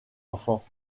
enfant